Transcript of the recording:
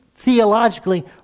theologically